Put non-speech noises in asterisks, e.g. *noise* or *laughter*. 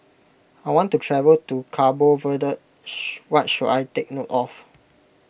I want to travel to Cabo Verde *unintelligible* what should I take note of